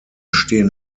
stehen